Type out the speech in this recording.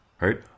Right